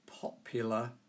popular